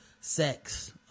sex